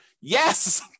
Yes